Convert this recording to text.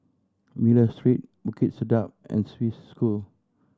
Miller Street Bukit Sedap and Swiss School